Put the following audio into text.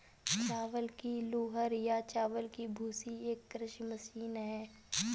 चावल की हूलर या चावल की भूसी एक कृषि मशीन है